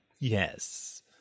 Yes